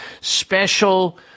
special